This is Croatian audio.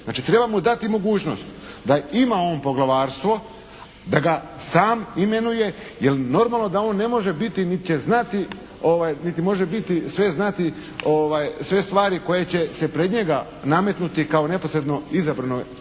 treba mu dati mogućnost da ima on poglavarstvo, da ga sam imenuje. Jer, normalno da on ne može biti niti će znati, niti može biti sve znati sve stvari koje će se pred njega nametnuti kao neposredno izabrane